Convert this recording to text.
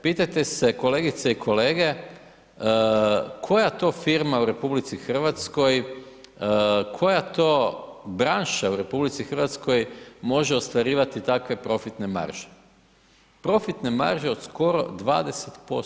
Pitajte se kolegice i kolege koja to firma u RH koja to branša u RH može ostvarivati takve profitne marže, profitne marže od skoro 20%